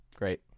Great